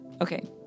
Okay